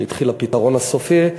כשהתחיל "הפתרון הסופי",